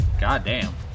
Goddamn